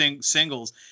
singles